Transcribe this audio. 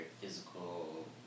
physical